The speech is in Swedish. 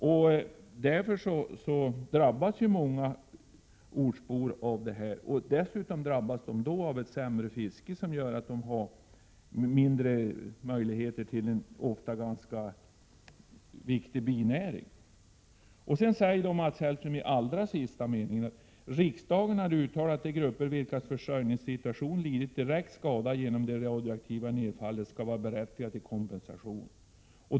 Många ortsbor drabbas ju av den minskade försäljningen av fiskekort, och dessutom drabbas de av ett sämre fiske, vilket gör att de får mindre möjligheter till försörjning genom en ofta ganska viktig binäring. Mats Hellström säger i sista delen av svaret: ”Riksdagen har uttalat att de grupper vilkas försörjningssituation lidit direkt skada genom det radioaktiva nedfallet skall vara berättigade till kompensation.